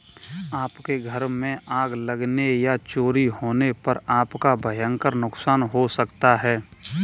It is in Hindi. आपके घर में आग लगने या चोरी होने पर आपका भयंकर नुकसान हो सकता है